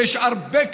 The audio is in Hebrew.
ויש הרבה כאלה,